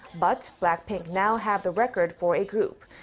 but blackpink now have the record for a group.